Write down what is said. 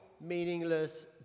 meaningless